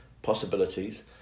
Possibilities